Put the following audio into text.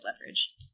leverage